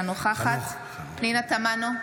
אינה נוכחת פנינה תמנו,